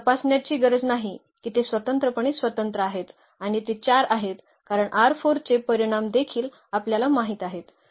तर ते तपासण्याची गरज नाही की ते स्वतंत्रपणे स्वतंत्र आहेत आणि ते 4 आहेत कारण चे परिमाण देखील आपल्याला माहित आहे